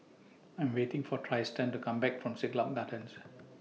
I Am waiting For Tristian to Come Back from Siglap Gardens